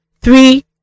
Three